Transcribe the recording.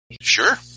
Sure